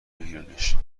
بگیرنش